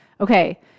Okay